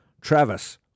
Travis